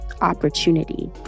opportunity